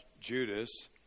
Judas